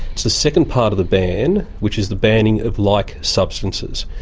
it's the second part of the ban which is the banning of like substances.